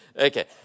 Okay